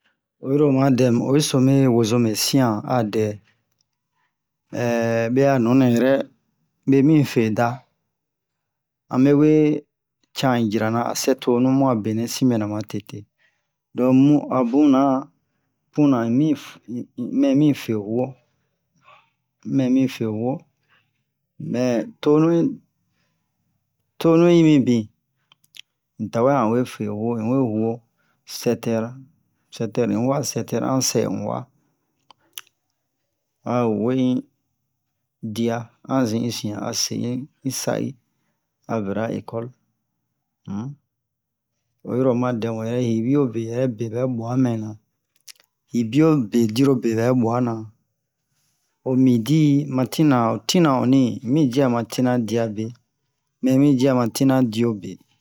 o yi ro oma dɛm o yi so mɛ wozomɛ sian a dɛ ɛɛɛ mɛ a nu nɛ rɛ mɛ mi fe da a me we cian yirana a sɛ tonu buan be nɛ si mɛ na matete do mu a buna tuna hi mi fe mɛ mi fe wuo mɛ mi fe wuo mɛ tonu yimi bin n'tawa we fe wuo un we wuo sɛtɛr sɛtɛr un wua sɛtɛr an sɛ n'wa a woyi dia a ziin un sian a se un sai a vɛra ekol oyiro o ma dɛm yɛrɛ yibio be yɛrɛ be bɛ bua mɛ nan yibio be dirobe bɛ buana o midi ma tina tina ɔnni mi yia ma tina dia be mɛ mi yia ma tina dio be